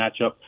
matchup